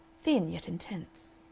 thin yet intense.